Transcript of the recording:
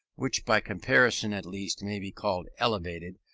which by comparison at least may be called elevated,